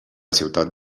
ciutat